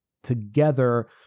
together